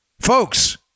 Folks